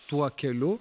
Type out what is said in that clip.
tuo keliu